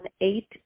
eight